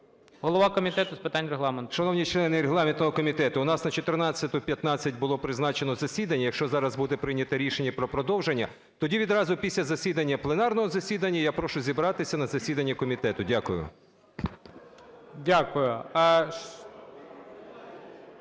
голова Комітету з питань Регламенту. 13:21:26 КАЛЬЧЕНКО С.В. Шановний члени Регламентного комітету у нас на 14:15 було призначено засідання. Якщо зараз буде прийнято рішення про продовження, тоді відразу після засідання, пленарного засідання я прошу зібратися на засідання комітету. Дякую.